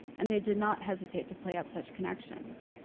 and they did not hesitate to play up such connections.